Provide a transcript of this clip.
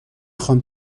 خوام